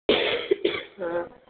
हा